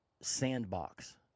sandbox